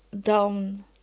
down